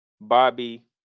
Bobby